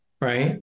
right